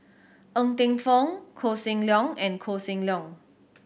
Ng Teng Fong Koh Seng Leong and Koh Seng Leong